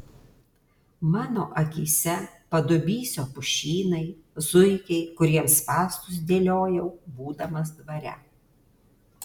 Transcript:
mano akyse padubysio pušynai zuikiai kuriems spąstus dėliojau būdamas dvare